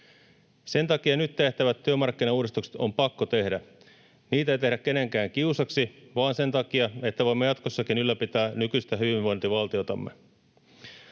Sen takia nyt tehtävät työmarkkinauudistukset on pakko tehdä. Niitä ei tehdä kenenkään kiusaksi vaan sen takia, että voimme jatkossakin ylläpitää nykyistä hyvinvointivaltiotamme.